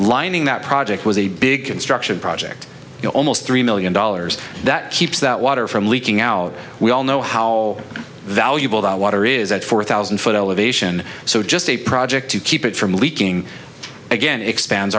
lining that project was a big construction project you know almost three million dollars that keeps that water from leaking out we all know how valuable that water is at four thousand foot elevation so just a project to keep it from leaking again expand